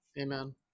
amen